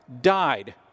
died